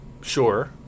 sure